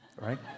right